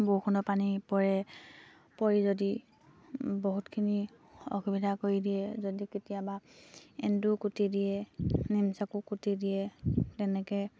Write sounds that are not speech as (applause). বৰষুণৰ পানী পৰে পৰি যদি বহুতখিনি অসুবিধা কৰি দিয়ে যদি কেতিয়াবা এন্দুৰ কুটি দিয়ে (unintelligible) কুটি দিয়ে তেনেকে